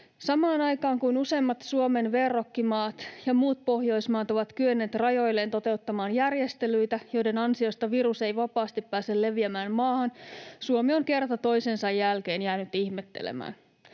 Samaan aikaan kun useimmat Suomen verrokkimaat ja muut Pohjoismaat ovat kyenneet toteuttamaan rajoilleen järjestelyitä, joiden ansiosta virus ei vapaasti pääse leviämään maahan, Suomi on kerta toisensa jälkeen jäänyt ihmettelemään.